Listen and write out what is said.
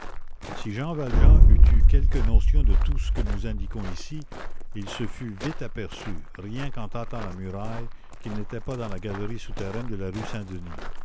si jean valjean eût eu quelque notion de tout ce que nous indiquons ici il se fût vite aperçu rien qu'en tâtant la muraille qu'il n'était pas dans la galerie souterraine de la rue saint-denis